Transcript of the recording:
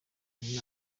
iyi